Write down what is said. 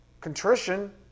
contrition